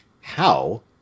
How